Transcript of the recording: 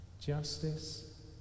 justice